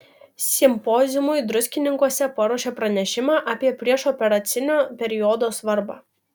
simpoziumui druskininkuose paruošė pranešimą apie priešoperacinio periodo svarbą